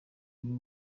niwe